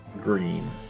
green